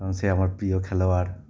কারণ সে আমার প্রিয় খেলোয়াড়